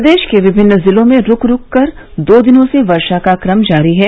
प्रदेश के विभिन्न जिलों में रूक रूक कर दो दिनों से वर्षा का क्रम जारी है